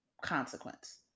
consequence